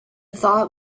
thought